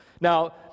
Now